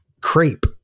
crepe